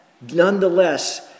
nonetheless